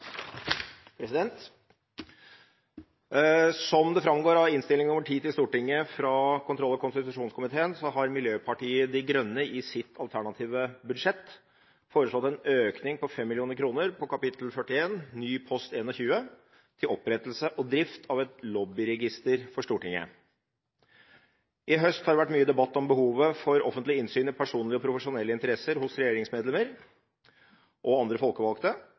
Sivilombudsmannen. Som det framgår av Innst. 10 S fra kontroll- og konstitusjonskomiteen, har Miljøpartiet De Grønne i sitt alternative budsjett foreslått en økning på 5 mill. kr på kap. 41 ny post 21 til opprettelse og drift av et lobbyregister for Stortinget. I høst har det vært mye debatt om behovet for offentlig innsyn i personlige og profesjonelle interesser hos regjeringsmedlemmer og andre folkevalgte,